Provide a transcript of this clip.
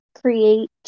create